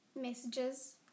messages